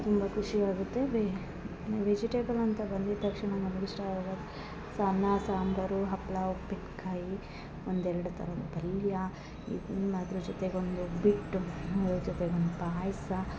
ತುಂಬ ಖುಷಿ ಆಗುತ್ತೆ ವೆಜಿಟೇಬಲ್ ಅಂತ ಬಂದಿದ್ದ ತಕ್ಷಣ ನಮಗೆ ಇಷ್ಟ ಆಗೋದು ಸಾ ಅನ್ನ ಸಾಂಬರು ಹಪ್ಳ ಉಪ್ಪಿನ್ಕಾಯಿ ಒಂದು ಎರಡು ಥರದ್ ಪಲ್ಯಾ ಇದ್ನ ಮದ್ರ್ ಜೊತೆಗೆ ಒಂದು ಉಬ್ಬಿಟ್ಟು ಅದ್ರ ಜೊತೆಗೆ ಒಂದು ಪಾಯ್ಸ